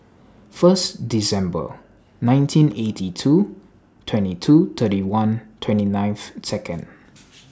First December nineteen eighty two twenty two thirty one twenty ninth Second